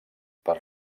per